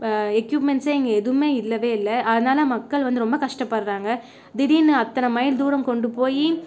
எக்யூப்மெண்ட்ஸ்யே இங்கே எதுவுமே இல்லவே இல்லை அதனால் மக்கள் வந்து ரொம்ப கஷ்டப்படுறாங்க திடீர்ன்னு அத்தனை மைல் தூரம் கொண்டுபோய்